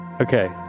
Okay